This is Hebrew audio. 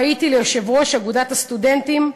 והייתי ליושבת-ראש אגודת הסטודנטים,